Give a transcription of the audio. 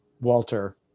Walter